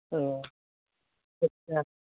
ᱚ ᱟᱪᱪᱷᱟ